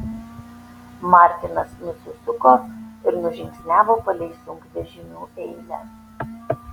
martinas nusisuko ir nužingsniavo palei sunkvežimių eilę